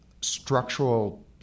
structural